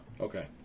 Okay